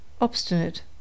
Obstinate